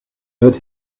that